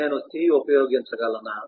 నేను C ఉపయోగించగలనా